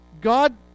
God